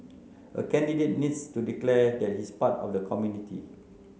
a candidate needs to declare that he's part of the community